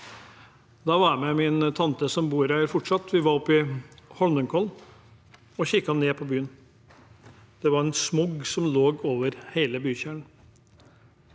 Da var jeg med min tante, som bor her fortsatt, oppe i Holmenkollen og kikket ned på byen. Det lå smog over hele bykjernen.